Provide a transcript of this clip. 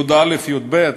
י"א, י"ב.